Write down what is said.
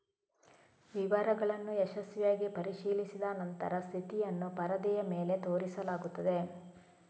ವಿವರಗಳನ್ನು ಯಶಸ್ವಿಯಾಗಿ ಪರಿಶೀಲಿಸಿದ ನಂತರ ಸ್ಥಿತಿಯನ್ನು ಪರದೆಯ ಮೇಲೆ ತೋರಿಸಲಾಗುತ್ತದೆ